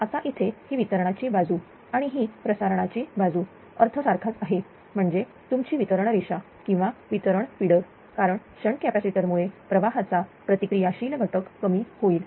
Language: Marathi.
आता इथे ही वितरणाची बाजू आणि ही प्रसारणाची बाजू अर्थ सारखाच आहे म्हणजेच तुमची वितरण रेषा किंवा वितरण फिडर कारण शंट कॅपॅसिटर मुळे प्रवाहाचा प्रतिक्रिया शील घटक कमी होईल